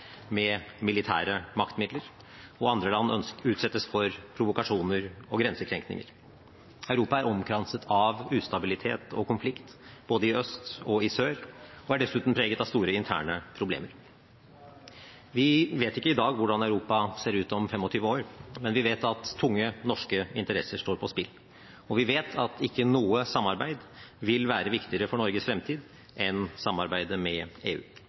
med militære maktmidler, og andre land utsettes for provokasjoner og grensekrenkinger. Europa er omkranset av ustabilitet og konflikt både i øst og i sør og er dessuten preget av store interne problemer. Vi vet ikke i dag hvordan Europa ser ut om 25 år, men vi vet at tunge norske interesser står på spill, og vi vet at ikke noe samarbeid vil være viktigere for Norges fremtid enn samarbeidet med EU.